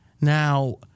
Now